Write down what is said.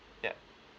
yup